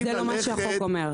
זה לא מה שהחוק אומר.